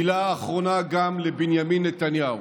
מילה אחרונה גם לבנימין נתניהו: